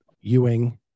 Ewing